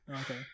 okay